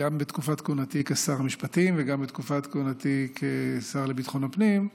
גם בתקופת כהונתי כשר המשפטים וגם בתקופת כהונתי כשר לביטחון הפנים,